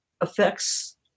affects